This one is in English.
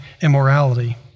immorality